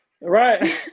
Right